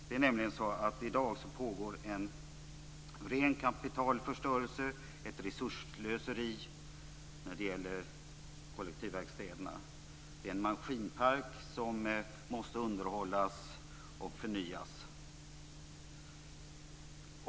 I dag pågår nämligen en ren kapitalförstörelse, ett resursslöseri när det gäller kollektivverkstäderna. Det är en maskinpark som måste underhållas och förnyas.